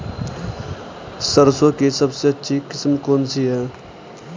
सरसों की सबसे अच्छी किस्म कौन सी है?